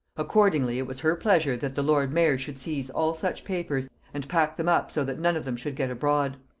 accordingly it was her pleasure that the lord mayor should seize all such papers, and pack them up so that none of them should get abroad.